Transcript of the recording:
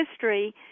history